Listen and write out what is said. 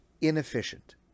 inefficient